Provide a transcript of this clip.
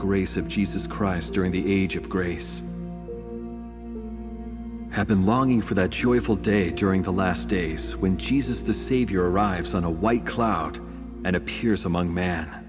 grace of jesus christ during the age of grace have been longing for that joyful day during the last days when jesus is the savior arrives on a white cloud and appears among man